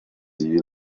sie